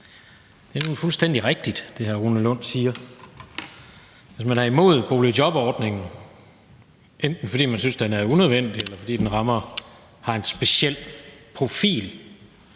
Det er nemlig fuldstændig rigtigt, hvad hr. Rune Lund siger. Hvis man er imod boligjobordningen, enten fordi man synes, den er unødvendig, eller fordi den har en speciel profil,